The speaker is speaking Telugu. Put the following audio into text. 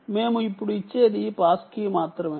మేము ఇప్పుడు ఇచ్చేది పాస్ కీ మాత్రమే